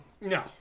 No